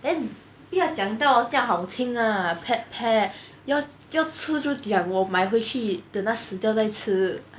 then 不要讲到这样好听 ah pet pet 要要吃就讲我买回去等它死掉再吃